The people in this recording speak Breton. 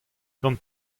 gant